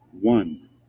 One